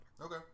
Okay